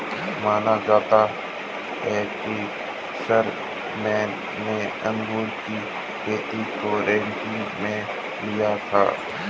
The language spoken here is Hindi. माना जाता है कि शारलेमेन ने अंगूर की खेती को रिंगौ में लाया था